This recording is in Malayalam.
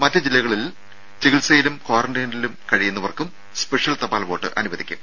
മറ്റ് ജില്ലകളിൽ ചികിത്സയിലും ക്വാറന്റൈനിലും കഴിയുന്നവർക്കും സ്പെഷ്യൽ തപാൽ വോട്ട് അനുവദിക്കും